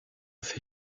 fait